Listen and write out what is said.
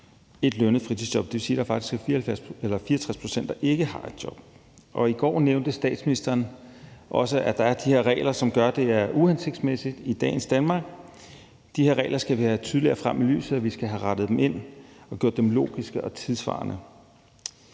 et lønnet fritidsjob, og det vil sige, at der faktisk er 64 pct., der ikke har job. I går nævnte statsministeren også, at der er de her regler, som gør, at det er uhensigtsmæssigt i dagens Danmark. De her regler skal vi have tydeligere frem i lyset, og vi skal have dem rettet ind og gjort dem logiske og tidssvarende.